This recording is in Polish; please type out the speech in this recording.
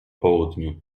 południu